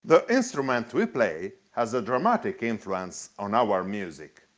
the instrument we play has a dramatic influence on our music.